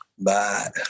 Bye